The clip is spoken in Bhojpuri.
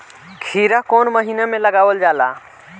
खीरा कौन महीना में लगावल जाला?